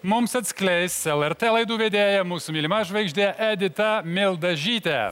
mums atskleis lrt laidų vedėja mūsų mylima žvaigždė edita mildažytė